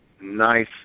nice